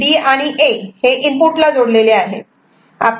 इथे B आणि A हे इनपुट जोडलेले आहे